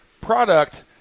product